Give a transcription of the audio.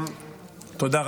תודה רבה,